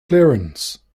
clearance